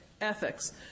ethics